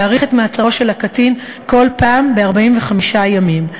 להאריך את מעצרו של הקטין כל פעם ב-45 ימים.